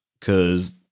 Cause